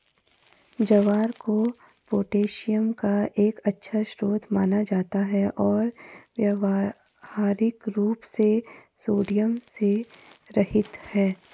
ज्वार को पोटेशियम का एक अच्छा स्रोत माना जाता है और व्यावहारिक रूप से सोडियम से रहित है